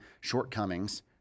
shortcomings